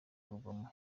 urugomo